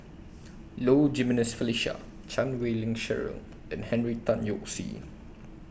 Low Jimenez Felicia Chan Wei Ling Cheryl and Henry Tan Yoke See